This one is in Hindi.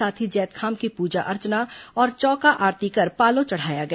साथ ही जैतखाम की पूजा अर्चना और चौका आरती कर पालो चढ़ाया गया